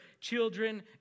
children